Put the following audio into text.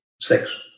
six